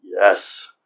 Yes